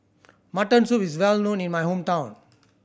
mutton soup is well known in my hometown